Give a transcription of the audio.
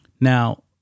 Now